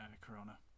Corona